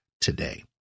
today